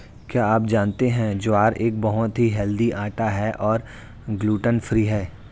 क्या आप जानते है ज्वार एक बहुत ही हेल्दी आटा है और ग्लूटन फ्री है?